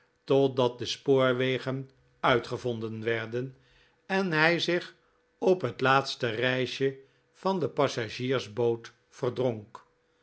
totdat de spoorwegen uitgevonden werden en hij zich op het laatste reisje van de passagiersboot verdronk